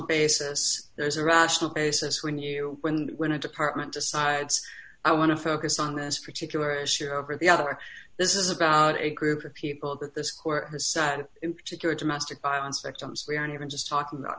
basis there's a rational basis when you win when a department decides i want to focus on this particular issue over the other this is about a group of people that this court has said in particular domestic violence victims we aren't even just talking about